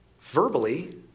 verbally